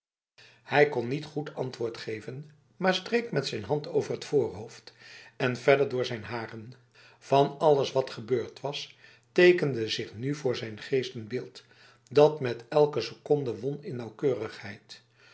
hij kon niet goed antwoord geven maar streek met zijn hand over t voorhoofd en verder door zijn haren van alles wat gebeurd was tekende zich nu voor zijn geest een beeld dat met elke seconde won in nauwkeurigheid